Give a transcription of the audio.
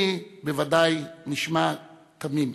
אני בוודאי נשמע תמים,